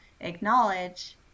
acknowledge